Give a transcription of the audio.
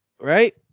right